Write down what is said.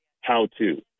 how-to